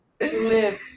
live